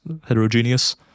heterogeneous